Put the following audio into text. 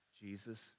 Jesus